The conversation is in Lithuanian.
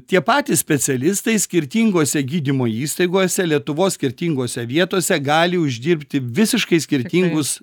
tie patys specialistai skirtingose gydymo įstaigose lietuvos skirtingose vietose gali uždirbti visiškai skirtingus